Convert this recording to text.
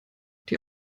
die